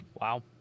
Wow